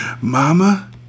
Mama